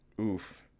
Oof